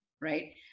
right